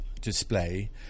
display